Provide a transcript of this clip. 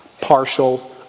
partial